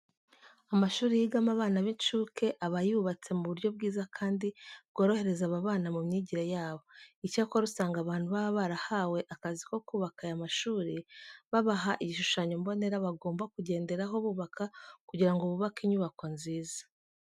Amashuri yigamo abana b'inshuke aba yubatse mu buryo bwiza kandi bworohereza aba bana mu myigire yabo. Icyakora, usanga abantu baba barahawe akazi ko kubaka aya mashuri, babaha igishushanyo mbonera bagomba kugenderaho bubaka kugira ngo bubake inyubako nziza.